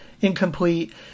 incomplete